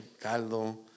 caldo